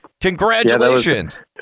Congratulations